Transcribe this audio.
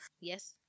Yes